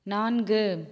நான்கு